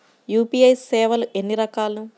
UPI సేవలు ఎన్నిరకాలు?